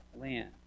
land